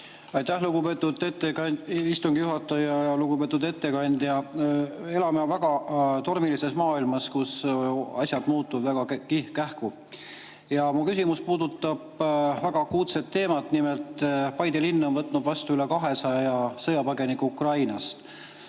Aitäh, lugupeetud istungi juhataja! Lugupeetud ettekandja! Elame väga tormilises maailmas, kus asjad muutuvad väga kähku. Ja mu küsimus puudutab väga akuutset teemat. Nimelt, Paide linn on võtnud vastu üle 200 sõjapõgeniku Ukrainast.